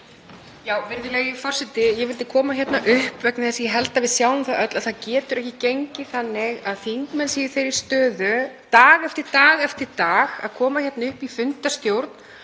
Virðulegi forseti. Ég vildi koma hingað upp vegna þess að ég held að við sjáum það öll að það getur ekki gengið þannig að þingmenn séu í þeirri stöðu dag eftir dag að koma hingað upp í fundarstjórn